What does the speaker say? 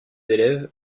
élève